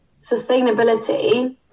sustainability